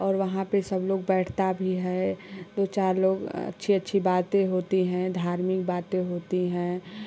और वहाँ पे सब लोग बैठता भी है दो चार लोग अच्छी अच्छी बातें होती है धार्मिक बातें होती है